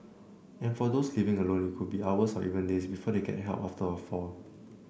and for those living alone it could be hours or even days before they get help after a fall